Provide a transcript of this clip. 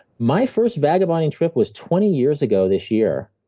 my first vagabonding trip was twenty years ago this year,